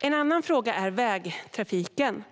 En annan fråga är vägtrafiken.